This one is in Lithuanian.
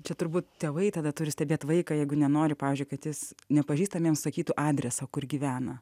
čia turbūt tėvai tada turi stebėt vaiką jeigu nenori pavyzdžiui kad jis nepažįstamiems sakytų adresą kur gyvena